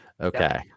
Okay